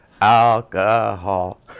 Alcohol